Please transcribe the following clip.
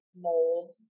mold